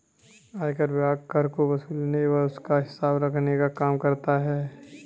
आयकर विभाग कर को वसूलने एवं उसका हिसाब रखने का काम करता है